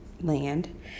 land